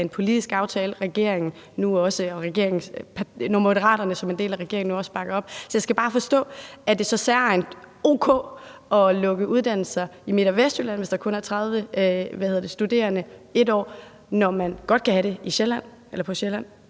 en politisk aftale, regeringen og nu også Moderaterne som en del af regeringen bakker op om. Så jeg skal bare forstå: Er det så o.k. at lukke uddannelser i Midt- og Vestjylland, hvis der kun er 30 studerende ét år, når man godt kan have det på Sjælland?